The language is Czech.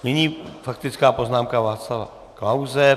Nyní faktická poznámka Václava Klause.